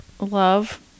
love